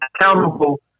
accountable